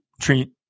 treat